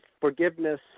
forgiveness